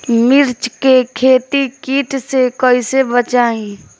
मिर्च के खेती कीट से कइसे बचाई?